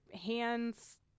hands